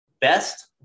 Best